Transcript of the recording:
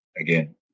again